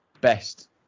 Best